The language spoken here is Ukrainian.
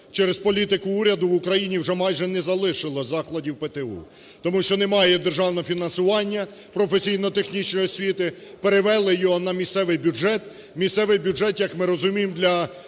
Через політику уряду в Україні вже майже не залишилось закладів ПТУ, тому що немає державного фінансування професійно-технічної освіти, перевели його на місцевий бюджет. Місцевий бюджет, як ми розуміємо, для